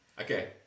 Okay